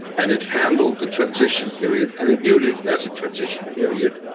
and it handled the transition period, and it viewed it as a transition period,